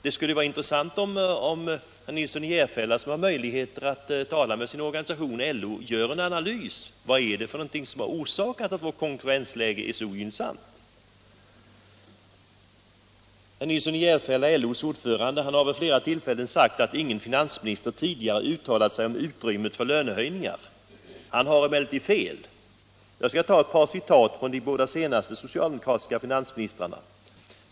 Det skulle vara intressant om herr Nilsson i Järfälla, som har möjlighet att tala med sin organisation, LO, ville göra en analys av vad som har orsakat att vårt konkurrensläge är så ogynnsamt. Herr Nilsson i Järfälla, LO:s ordförande, har vid flera tillfällen sagt att ingen finansminister tidigare uttalat sig om utrymmet för lönehöjningar. Han har emellertid fel. Jag skall ta ett par citat från de båda senaste socialdemokratiska finansministrarna.